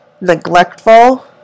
neglectful